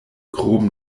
krom